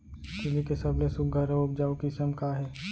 तिलि के सबले सुघ्घर अऊ उपजाऊ किसिम का हे?